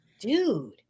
Dude